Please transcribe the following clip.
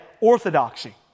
orthodoxy